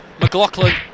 McLaughlin